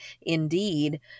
indeed